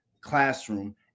classroom